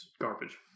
Garbage